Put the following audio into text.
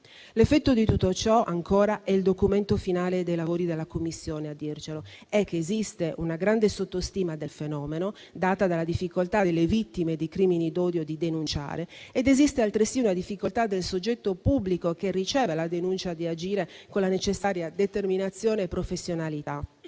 L'effetto di tutto ciò - è ancora il documento finale dei lavori della Commissione a dircelo - è che esiste una grande sottostima del fenomeno, data dalla difficoltà delle vittime di crimini d'odio di denunciare ed esiste altresì una difficoltà di agire, da parte del soggetto pubblico che riceve la denuncia, con la necessaria determinazione e professionalità.